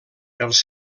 els